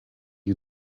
you